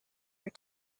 your